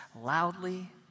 loudly